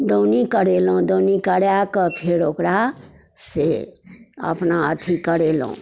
दौनी करेलहुँ दौनी कराकऽ फेर ओकरा से अपना अथी करेलहुँ